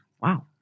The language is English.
wow